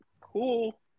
cool